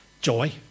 joy